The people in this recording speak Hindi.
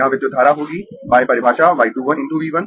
यहां विद्युत धारा होगी परिभाषा y 2 1 × V 1